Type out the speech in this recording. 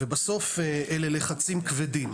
ובסוף אלה לחצים כבדים.